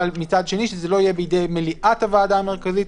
אבל מצד אחר שזה לא יהיה בידי מליאת הוועדה המרכזית,